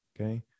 okay